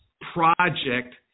project